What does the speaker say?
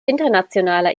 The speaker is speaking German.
internationaler